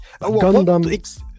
Gundam